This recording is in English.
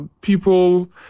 people